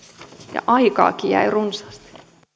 ja aikaakin jäi runsaasti